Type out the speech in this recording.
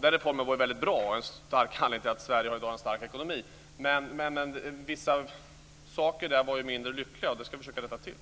Den reformen var väldigt bra och är en stor anledning till att Sverige i dag har en stark ekonomi. Men vissa saker var ju mindre lyckade. Det ska vi försöka rätta till.